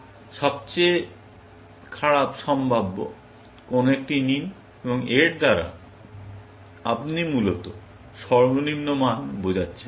সবচেয়ে খারাপ সম্ভাব্য কোন একটি নিন এবং এর দ্বারা আপনি মূলত সর্বনিম্ন মান বোঝাচ্ছেন